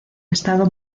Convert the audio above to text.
estado